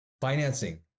Financing